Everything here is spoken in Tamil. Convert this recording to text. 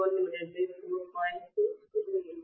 44fN1